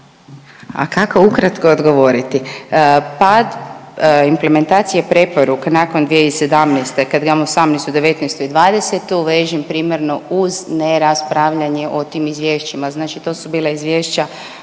A kao ukratko odgovoriti? Pad implementacije preporuka nakon 2017. kad gledamo '18., '19. i '20. vežem primarno uz ne raspravljanje o tim izvješćima. Znači to su bila izvješća